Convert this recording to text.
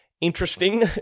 interesting